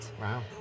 Wow